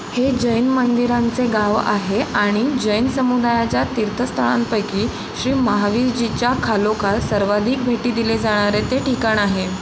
हे जैन मंदिरांचे गाव आहे आणि जैन समुदायाच्या तीर्थस्थळांपैकी श्री महावीरजीच्या खालोखाल सर्वाधिक भेटी दिले जाणारे ते ठिकाण आहे